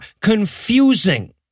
confusing